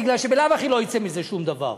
בגלל שבלאו הכי לא יצא מזה שום דבר,